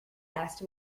asked